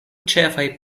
ĉefaj